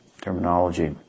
terminology